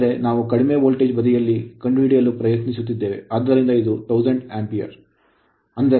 ಆದರೆ ನಾವು ಕಡಿಮೆ ವೋಲ್ಟೇಜ್ ಬದಿಯಲ್ಲಿ ಕಂಡುಹಿಡಿಯಲು ಪ್ರಯತ್ನಿಸುತ್ತಿದ್ದೇವೆ ಆದ್ದರಿಂದ ಇದು 1000 ಆಂಪಿರೆ